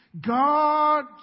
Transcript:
God